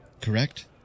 correct